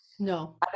no